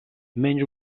menys